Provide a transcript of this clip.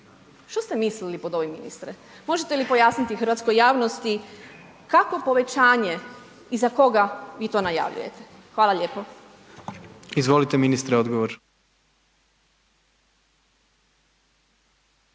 Što ste mislili pod ovim ministre? Možete li pojasniti hrvatskoj javnosti, kakvo povećanje i za koga vi to najavljujete. Hvala lijepo. **Jandroković,